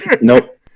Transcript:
nope